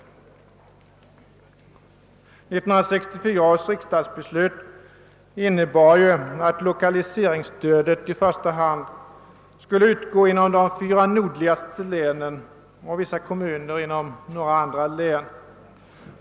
1964 års riksdagsbeslut innebar ju att lokaliseringsstödet i första hand skulle utgå inom de fyra nordligaste länen och till vissa kommuner inom några andra län.